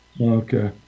okay